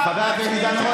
חבר הכנסת עידן רול,